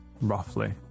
roughly